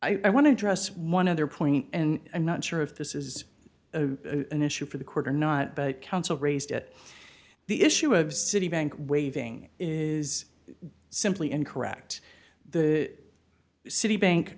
i want to address one other point and i'm not sure if this is a an issue for the court or not but counsel raised it the issue of citibank waiving is simply incorrect the citibank